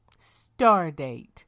Stardate